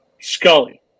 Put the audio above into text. Scully